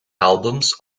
albums